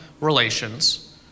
relations